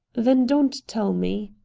then don't tell me.